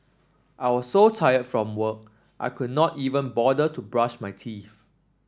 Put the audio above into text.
I was so tired from work I could not even bother to brush my teeth